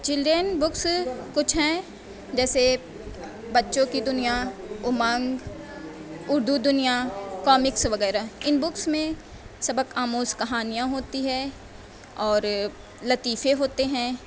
children book کچھ ہیں جیسے بچوں کی دنیا امنگ اردو دنیا کامکس وغیرہ ان بکس میں سبق آموز کہانیاں ہوتی ہیں اور لطیفے ہوتے ہیں